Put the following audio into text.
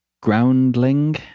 groundling